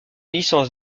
licence